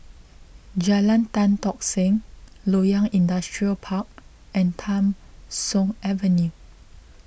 Jalan Tan Tock Seng Loyang Industrial Park and Tham Soong Avenue